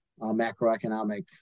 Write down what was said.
macroeconomic